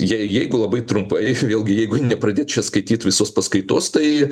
jei jeigu labai trumpai vėlgi jeigu nepradėt čia skaityt visos paskaitos tai